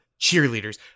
cheerleaders